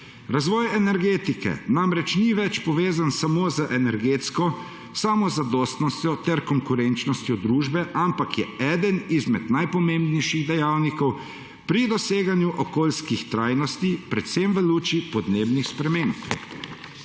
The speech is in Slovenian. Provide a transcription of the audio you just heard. Razvoj energetike namreč ni več povezan samo z energetsko samozadostnostjo ter konkurenčnostjo družbe, ampak je eden izmed najpomembnejših dejavnikov pri doseganju okoljskih trajnostni, predvsem v luči podnebnih sprememb.